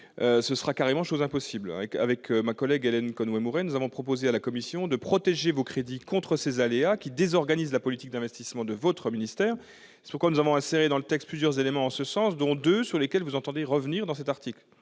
ce sera carrément chose impossible. Ma collègue Hélène Conway-Mouret et moi-même avons proposé à la commission de protéger vos crédits contre ces aléas qui désorganisent la politique d'investissement de votre ministère. C'est pourquoi nous avons inséré dans le texte plusieurs éléments en ce sens, dont deux sur lesquels vous entendez revenir à cet article